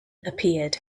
appeared